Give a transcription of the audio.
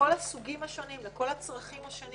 לכל הסוגים השונים, לכל הצרכים השונים